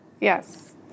Yes